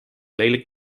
lelijk